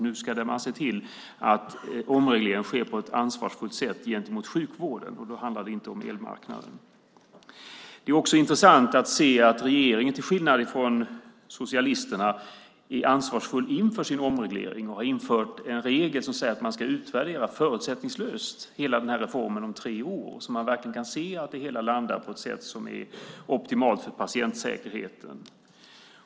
Nu ska man se till att omregleringen sker på ett ansvarsfullt sätt gentemot sjukvården. Då handlar det inte om elmarknaden. Det är också intressant att regeringen till skillnad från socialisterna är ansvarsfull inför sin omreglering och har infört en regel som säger att man förutsättningslöst ska utvärdera hela reformen om tre år, så att man verkligen kan se att det hela landar på ett sätt som är optimalt för patientsäkerheten.